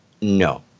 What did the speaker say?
no